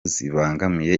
zibangamiye